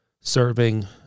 serving